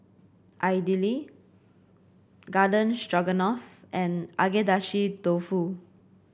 Idili Garden Stroganoff and Agedashi Dofu